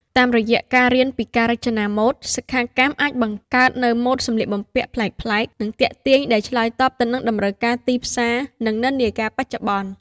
តាមរយៈការរៀនពីការរចនាម៉ូដ សិក្ខាកាមអាចបង្កើតនូវម៉ូដសម្លៀកបំពាក់ប្លែកៗ និងទាក់ទាញ ដែលឆ្លើយតបទៅនឹងតម្រូវការទីផ្សារ និងនិន្នាការបច្ចុប្បន្ន។